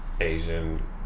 Asian